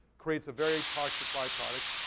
creates a very toxic byproduct.